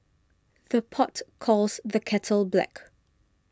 the pot calls the kettle black